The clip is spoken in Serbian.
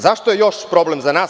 Zašto je još problem za nas?